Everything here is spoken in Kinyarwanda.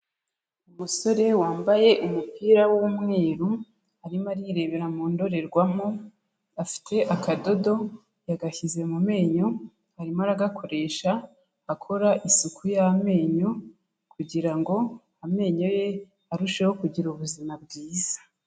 Umusore wambaye umupira w'umweru, arimo arirebera mu ndorerwamo, afite akadodo yagashyize mu menyo arimo aragakoresha akora isuku y'amenyo, kugira ngo amenyo ye arusheho kugira ubuzima bwiza.